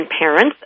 parents